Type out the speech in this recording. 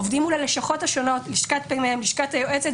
שעובדים מול כל הלשכות השונות; לשכת פ"מ ולשכת היועצת.